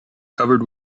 covered